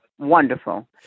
Wonderful